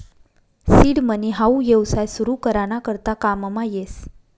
seed money हाऊ येवसाय सुरु करा ना करता काममा येस